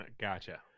gotcha